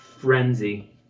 frenzy